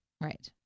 Right